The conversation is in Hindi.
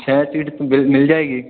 छः सीट मिल जाएगी